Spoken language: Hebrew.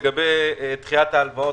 לגבי דחיית ההלוואות,